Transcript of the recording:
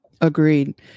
Agreed